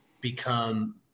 become